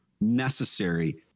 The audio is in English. necessary